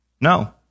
No